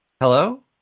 hello